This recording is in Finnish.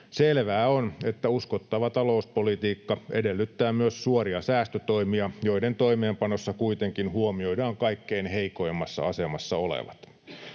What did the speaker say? Selvää on, että uskottava talouspolitiikka edellyttää myös suoria säästötoimia, joiden toimeenpanossa kuitenkin huomioidaan kaikkein heikoimmassa asemassa olevat.